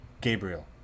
Gabriel